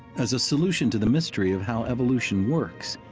as a solution to the mystery of how evolution works,